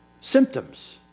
symptoms